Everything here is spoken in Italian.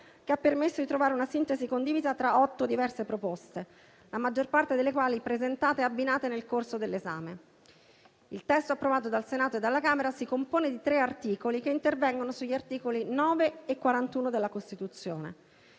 che ha permesso di trovare una sintesi condivisa tra otto diverse proposte, la maggior parte delle quali presentate e abbinate nel corso dell'esame. Il testo approvato dal Senato e dalla Camera si compone di 3 articoli, che intervengono sugli articoli 9 e 41 della Costituzione.